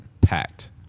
packed